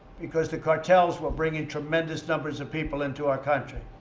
because the cartels were bringing tremendous numbers of people into our country,